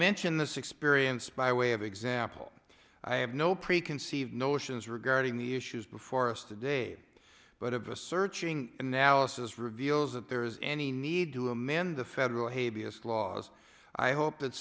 mention this experience by way of example i have no preconceived notions regarding the issues before us today but of a searching analysis reveals that there is any need to amend the federal hey b s laws i hope